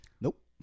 Nope